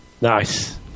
Nice